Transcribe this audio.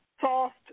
soft